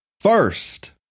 first